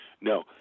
no